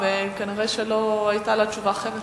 וכנראה לא היתה לה תשובה אחרת